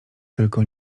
tylko